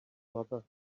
mother